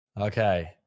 Okay